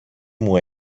μου